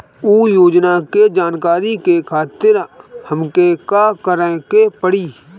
उ योजना के जानकारी के खातिर हमके का करे के पड़ी?